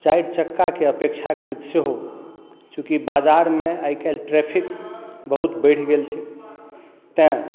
चारि चक्का के अपेक्षाकृत सेहो चूँकि बाजार मे आइ काल्हि ट्रैफिक बहुत बढ़ि गेल छै तैं